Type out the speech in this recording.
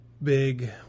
big